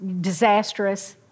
disastrous